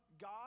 God